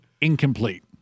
incomplete